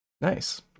Nice